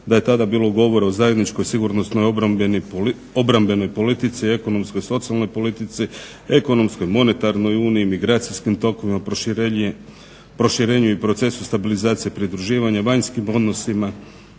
da je tada bilo govora o zajedničkoj, sigurnosnoj obrambenoj politici, ekonomskoj i socijalnoj politici, ekonomskoj, monetarnoj uniji, migracijskim tokovima, proširenju i procesu stabilizacije i pridruživanja, vanjskim odnosima.